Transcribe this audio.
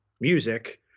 music